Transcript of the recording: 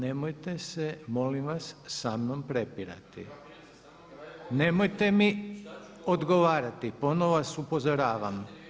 Nemojte se molim vas sa mnom prepirati. … [[Upadica sa strane, ne razumije se.]] Nemojte mi odgovarati ponovno vas upozoravam.